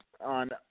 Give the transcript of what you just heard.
on